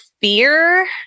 fear